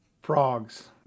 frogs